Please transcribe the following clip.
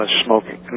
smoking